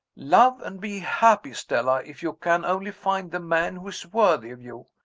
love and be happy, stella if you can only find the man who is worthy of you.